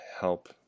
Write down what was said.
help